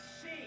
see